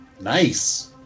Nice